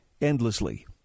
endlessly